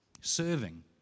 Serving